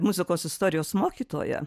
muzikos istorijos mokytoja